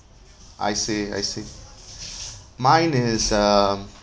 I see I see mine is um